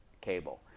cable